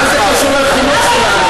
מה זה קשור לחינוך שלנו?